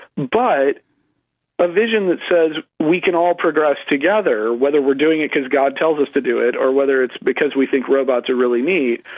but a but vision that says we can all progress together, whether we're doing it because god tells us to do it or whether it's because we think robots are really neat,